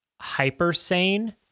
hyper-sane